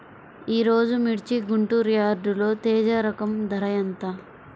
ఈరోజు మిర్చి గుంటూరు యార్డులో తేజ రకం ధర ఎంత?